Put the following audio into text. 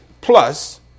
plus